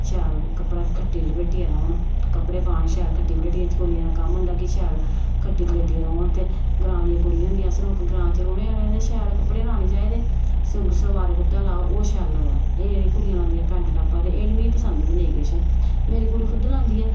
शैल कपड़ा खट्टी लपेटियै रौह्न कपड़े पान शैल खट्टी पलेटियै कुड़ियें दा कम्म होंदा कि शैल खट्टी पलेटियै रौह्न ते ग्रां दियां कुड़ियां होंदियां अस लोक ग्रां च रौह्ने आह्ले आं ते शैल कपड़े लाने चाहिदे सलवार कुर्ता लाओ ओह् शैल लगदा एह् जेह्ड़ी कु़डियां लांदियां पैंट टॉपां ते एह् निं मिगी पसंद ते नेईं किश मेरी कुड़ी खुद लांदी ऐ